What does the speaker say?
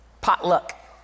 potluck